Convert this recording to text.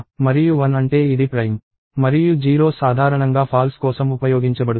మరియు 1 అంటే ఇది ప్రైమ్ మరియు 0 సాధారణంగా ఫాల్స్ కోసం ఉపయోగించబడుతుంది